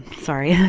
sorry, yeah